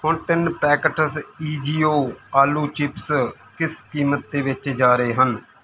ਹੁਣ ਤਿੰਨ ਪੈਕੇਟਸ ਈ ਜੀ ਓ ਆਲੂ ਚਿਪਸ ਕਿਸ ਕੀਮਤ 'ਤੇ ਵੇਚੇ ਜਾ ਰਹੇ ਹਨ